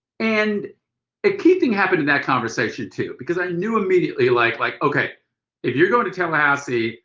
and a key thing happened in that conversation too. because i knew immediately like like ok if you're going to tallahassee,